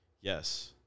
Yes